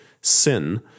sin